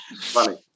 Funny